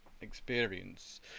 experience